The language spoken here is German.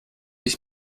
ich